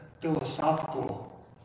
philosophical